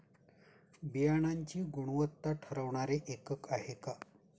बियाणांची गुणवत्ता ठरवणारे एकक आहे का?